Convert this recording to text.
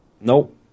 Nope